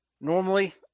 Normally